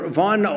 van